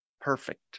perfect